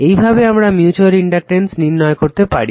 এইভাবে আমরা mutual inductance নির্ণয় করতে পারি